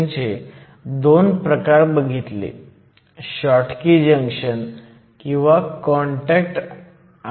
तुम्ही hetero junctions देखील पाहिले आहेत जिथे जंक्शन 2 वेगवेगळ्या सामग्रीमध्ये तयार होते